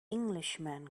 englishman